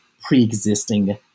pre-existing